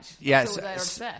Yes